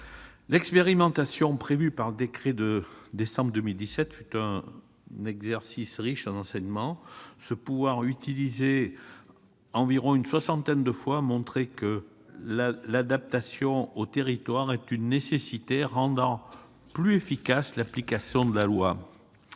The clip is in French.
L'expérimentation prévue par le décret du mois de décembre 2017 fut un exercice riche d'enseignements. Ce pouvoir utilisé environ une soixantaine de fois a montré que l'adaptation aux territoires était une nécessité rendant plus efficace l'application de la loi.